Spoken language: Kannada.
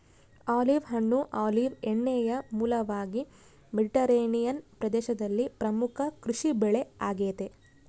ಆಲಿವ್ ಹಣ್ಣು ಆಲಿವ್ ಎಣ್ಣೆಯ ಮೂಲವಾಗಿ ಮೆಡಿಟರೇನಿಯನ್ ಪ್ರದೇಶದಲ್ಲಿ ಪ್ರಮುಖ ಕೃಷಿಬೆಳೆ ಆಗೆತೆ